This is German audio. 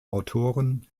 autoren